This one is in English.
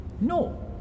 No